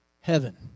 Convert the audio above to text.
heaven